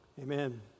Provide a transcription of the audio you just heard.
amen